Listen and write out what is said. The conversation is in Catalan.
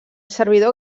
servidor